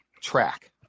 track